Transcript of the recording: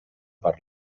per